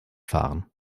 fahren